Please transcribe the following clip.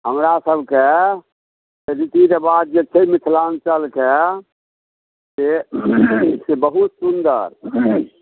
हमरासबके रीति रेवाज जे छै मिथिलाञ्चलके से से बहुत सुन्दर